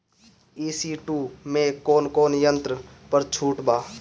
ई.सी टू मै कौने कौने यंत्र पर छुट बा?